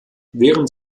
während